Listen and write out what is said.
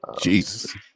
jesus